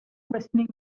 questioning